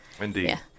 indeed